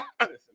Listen